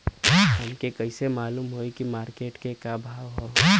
हमके कइसे मालूम होई की मार्केट के का भाव ह?